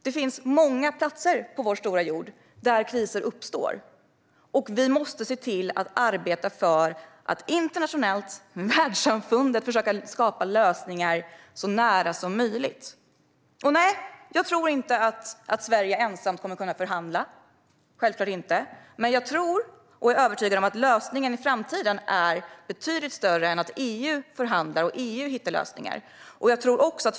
Det finns många platser på vår stora jord där kriser uppstår, och vi måste se till att arbeta för att internationellt, med världssamfundet, försöka skapa lösningar så nära som möjligt. Nej, jag tror inte att Sverige ensamt kommer att kunna förhandla - självklart inte. Men jag tror och är övertygad om att lösningen i framtiden är betydligt större än att EU förhandlar och hittar lösningar.